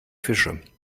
fische